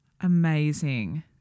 Amazing